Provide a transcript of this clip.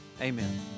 amen